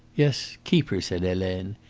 yes, keep her, said helene.